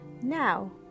Now